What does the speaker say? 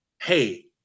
hey